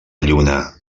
lluna